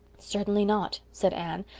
certainly not, said anne,